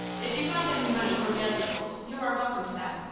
if you find any money or valuables, you are welcome to them.